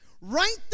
Right